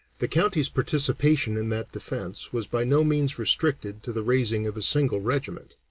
the county's participation in that defence was by no means restricted to the raising of a single regiment.